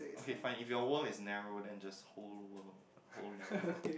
okay fine if your world is narrow then just whole world whole narrow world